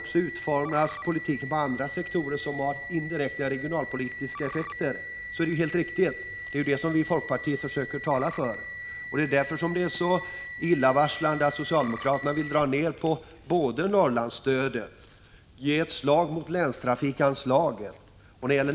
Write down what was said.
1985/86:148 områden som har indirekta regionalpolitiska effekter också är viktig, harhan 22 maj 1986 helt rätt. Det är ju det som vi i folkpartiet försöker tala för. Därför är det illavarslande att socialdemokraterna vill dra ned på både Norrlandsstödet och försämra länstrafikanslaget.